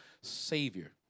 savior